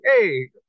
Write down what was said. hey